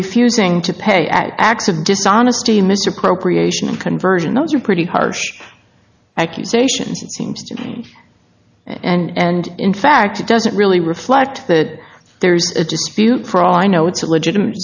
refusing to pay acts of dishonesty misappropriation conversion those are pretty harsh accusations seems to me and in fact it doesn't really reflect that there's a dispute for all i know it's a legitimate